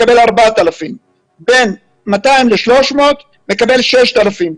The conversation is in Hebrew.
מקבל 4,000. בין 200,000 ל-300,000 מקבל 6,000 שקלים.